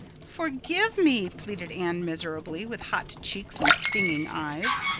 forgive me, pleaded anne miserably, with hot cheeks and stinging eyes.